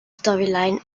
storyline